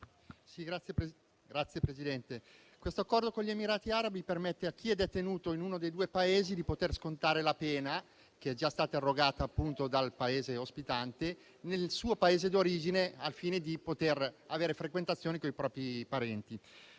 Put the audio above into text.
Signor Presidente, questo Accordo con gli Emirati Arabi permette a chi è detenuto in uno dei due Paesi di poter scontare la pena, che è già stata erogata appunto dal Paese ospitante, nel suo Paese d'origine, al fine di poter avere frequentazioni coi propri parenti.